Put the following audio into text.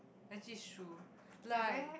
actually is true like